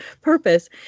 purpose